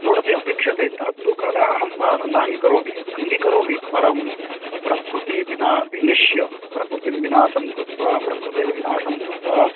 road अपि अपेक्ष्यते तत्तु कदा अहं नाङ्गीकरोमि अङ्गीकरोमि परं प्रकृतिं विना विनाश्य पकृतिं विनाशं कृत्वा प्रकृतेः विनाशं कृत्वा